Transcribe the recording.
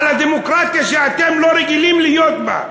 על הדמוקרטיה שאתם לא רגילים להיות בה.